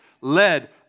led